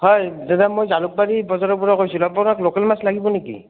হয় দাদা মই জালুকবাৰী বজাৰৰ পৰা কৈছিলোঁ আপোনাৰ তাত লোকেল মাছ লাগিব নেকি